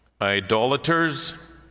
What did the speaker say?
idolaters